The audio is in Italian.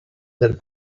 del